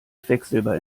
quecksilber